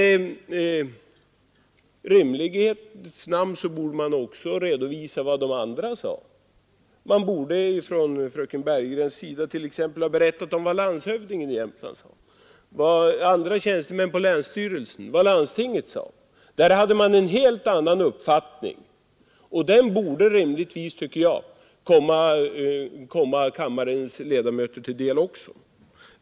Men i rimlighetens namn borde hon också redovisa vad de andra sade. Fröken Bergegren borde t.ex. ha berättat om vad landshövdingen i Jämtland sade, vad tjänstemän på länsstyrelsen sade, vad landstinget sade. Där hade man en helt annan uppfattning, och den borde, tycker jag, kammarens ledamöter få ta del av också.